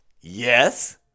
Yes